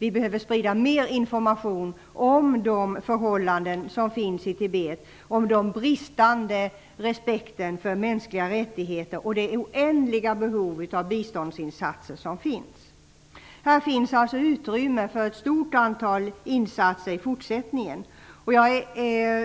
Vi behöver alltså sprida mer information om förhållandena i Tibet, om den bristande respekten för mänskliga rättigheter och om det oändliga behovet av biståndsinsatser. Här finns det alltså utrymme för ett stort antal insatser i fortsättningen. Jag